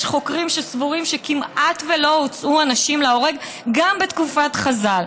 יש חוקרים שסבורים שכמעט ולא הוצאו אנשים להורג גם בתקופת חז"ל.